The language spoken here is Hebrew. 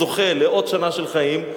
זוכה לעוד שנה של חיים,